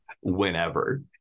whenever